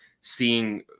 seeing